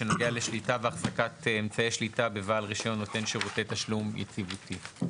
"שליטה והחזקת אמצעי שליטה בבעל רישיון נותן שירותי תשלום יציבותי".